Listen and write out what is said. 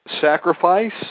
sacrifice